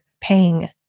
paying